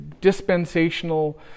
dispensational